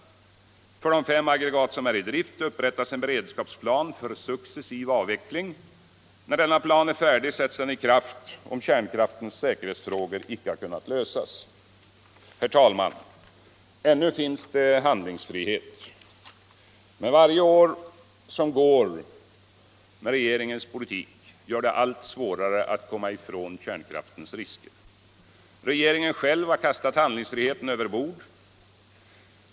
För de fem aggregat som är i drift upprättas en beredskapsplan för successiv avveckling. När denna plan är färdig sätts den i kraft, om kärnkraftens säkerhetsfrågor icke har kunnat lösas. Herr talman! Ännu finns det handlingsfrihet, men varje år som går med regeringens politik gör det allt svårare att komma ifrån kärnkraftens risker. Regeringen själv har kastat handlingsfriheten överbord.